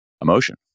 emotion